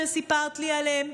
שסיפרת לי עליהן.